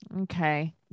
Okay